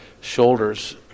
shoulders